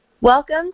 Welcome